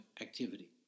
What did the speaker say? activity